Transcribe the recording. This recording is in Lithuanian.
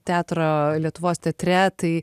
teatro lietuvos teatre tai